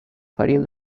fighting